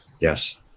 Yes